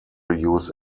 use